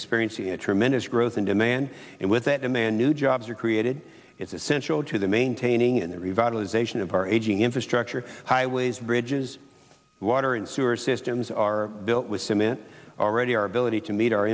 experiencing a tremendous growth in demand and with that demand new jobs are created is essential to the maintaining and revitalization of our aging infrastructure highways bridges water and sewer systems are built with cement already our ability to meet our